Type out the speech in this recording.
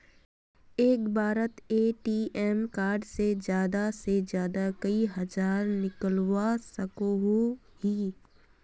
एक बारोत ATM card से ज्यादा से ज्यादा कई हजार निकलवा सकोहो ही?